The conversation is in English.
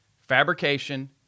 fabrication